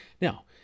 Now